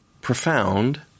profound